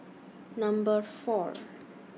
Number four